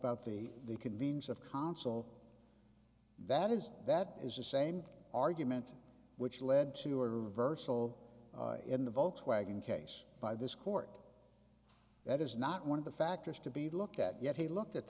about the the convenes of consul that is that is the same argument which led to or reversal in the volkswagen case by this court that is not one of the factors to be looked at yet he looked at